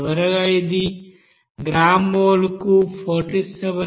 చివరగా ఇది గ్రాము మోల్కు 47